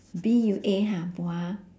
B U A ha buah